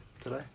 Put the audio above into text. today